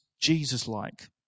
Jesus-like